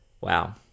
wow